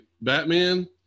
Batman